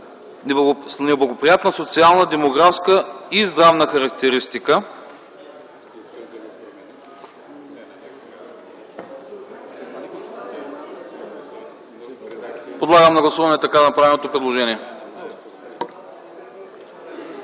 неблагоприятна социална, демографска и здравна характеристика”... Подлагам на гласуване така направеното предложение.